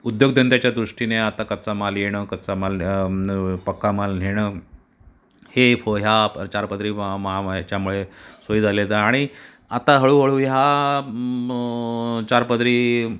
उद्योगधंद्याच्या दृष्टीने आता कच्चा माल येणं कच्चा माल पक्का माल नेणं हे फो ह्या चार प चारपदरी महा मा ह्याच्यामुळे सोयी झाले आहेत आणि आता हळूहळू ह्या मग चारपदरी